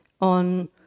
on